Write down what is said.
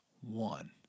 one